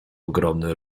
ogromny